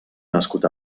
nascut